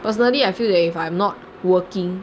personally I feel that if I'm not working